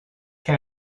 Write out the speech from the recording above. che